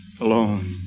alone